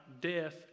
death